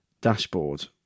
Dashboard